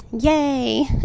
yay